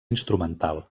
instrumental